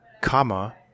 comma